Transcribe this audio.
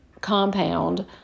compound